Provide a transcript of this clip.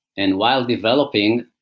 and while developing,